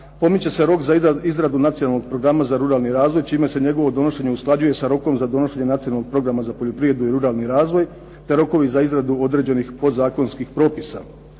Pomiče se rok za izradu Nacionalnog programa za ruralni razvoj, čime se njegovo donošenje usklađuje sa rokom za donošenje Nacionalnog programa za poljoprivredu i ruralni razvoj, te rokovi za izradu određenih podzakonskih propisa.